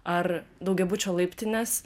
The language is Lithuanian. ar daugiabučio laiptinės